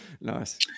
Nice